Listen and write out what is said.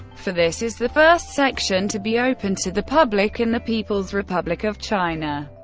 for this is the first section to be opened to the public in the people's republic of china,